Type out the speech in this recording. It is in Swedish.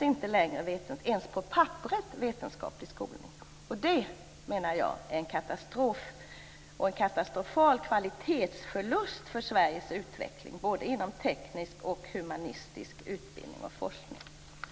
inte längre ens på papperet krävs vetenskaplig skolning. Det menar jag är en katastrof och en katastrofal kvalitetsförlust för Sveriges utveckling, både inom teknisk och humanistisk utbildning och forskning.